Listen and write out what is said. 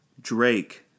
Drake